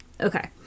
Okay